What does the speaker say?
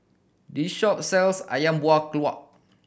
this shop sells ayam buah